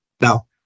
Now